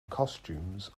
costumes